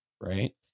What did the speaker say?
right